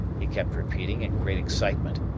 he kept repeating in great excitement.